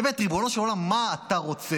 באמת, ריבונו של עולם, מה אתה רוצה?